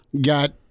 got